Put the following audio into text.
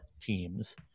teams